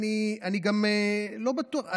אני גם לא בטוח,